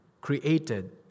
created